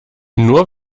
nur